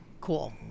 cool